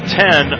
ten